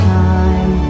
time